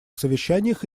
совещаниях